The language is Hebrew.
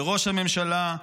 לראש הממשלה: